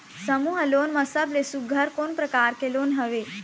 समूह लोन मा सबले सुघ्घर कोन प्रकार के लोन हवेए?